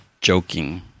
joking